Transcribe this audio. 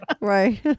Right